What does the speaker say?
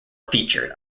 featured